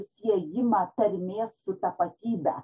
siejimą tarmės su tapatybe